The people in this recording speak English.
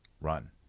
Run